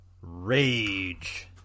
rage